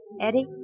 Eddie